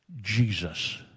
Jesus